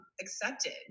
accepted